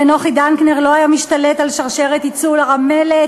ונוחי דנקנר לא היה משתלט על שרשרת ייצור המלט